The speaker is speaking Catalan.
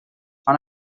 fan